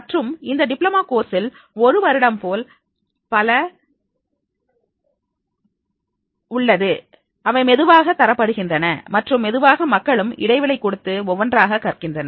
மற்றும் இந்த டிப்ளமா கோர்ஸில் ஒரு வருடம் போல பல உள்ளீர்கள் மெதுவாக தரப்படுகின்றன மற்றும் மெதுவாக மக்களும் இடைவெளி கொடுத்து ஒன்றொன்றாக கற்கின்றனர்